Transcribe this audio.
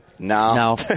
No